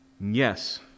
Yes